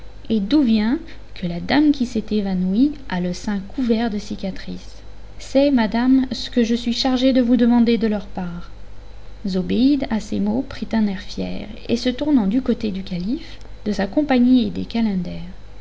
et d'où vient que la dame qui s'est évanouie a le sein couvert de cicatrices c'est madame ce que je suis chargé de vous demander de leur part zobéide à ces mots prit un air fier et se tournant du côté du calife de sa compagnie et des